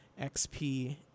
XP